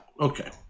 Okay